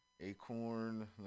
acorn